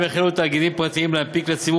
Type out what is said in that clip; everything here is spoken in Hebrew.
בשנת 2000 החלו תאגידים פרטיים להנפיק לציבור